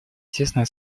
тесное